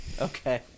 okay